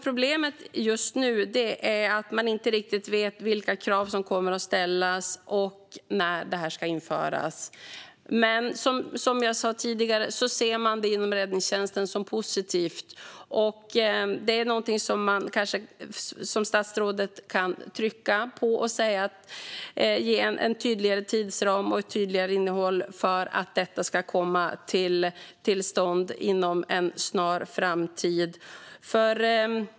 Problemet just nu är att man inte riktigt vet vilka krav som kommer att ställas och när detta ska införas, men inom räddningstjänsten ser man det som sagt som positivt. Det är kanske någonting som statsrådet kan trycka på och ge en tydligare tidsram och ett tydligare innehåll så att det kan komma till stånd inom en snar framtid.